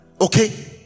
Okay